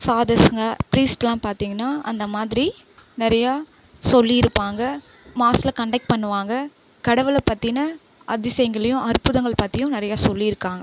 ஃபாதர்ஸ்ங்க ப்ரீஸ்ட்லாம் பார்த்திங்கன்னா அந்தமாதிரி நிறைய சொல்லி இருப்பாங்க மாஸில் கண்டெக்ட் பண்ணுவாங்க கடவுளை பத்தின அதிசயங்களையும் அற்புதங்கள் பற்றியும் நிறைய சொல்லிருக்காங்க